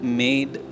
made